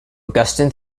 augustin